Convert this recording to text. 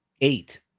eight